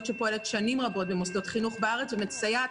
שפועלת שנים רבות במוסדות חינוך בארץ ומסייעת,